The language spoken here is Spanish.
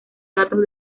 datos